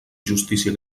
justícia